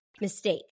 mistake